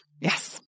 Yes